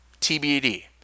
TBD